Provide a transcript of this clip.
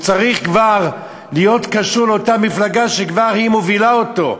הוא צריך כבר להיות קשור לאותה מפלגה שכבר מובילה אותו.